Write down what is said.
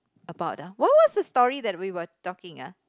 about ah what was the story that we were talking ah